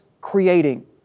creating